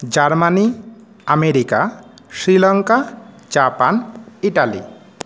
Germany America Sri Lanka Japan Italy